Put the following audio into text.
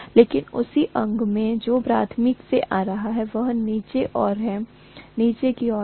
लेकिन उसी अंग में जो प्राथमिक से आ रहा है वह नीचे की ओर है